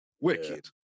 wicked